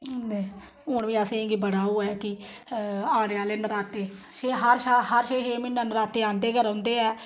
ते हून बी असें गी बड़ा ओह् ऐ कि औने आह्ले नराते हर छा हर छे छे म्हीनैं नराते औंदे गै रौंह्दे ऐ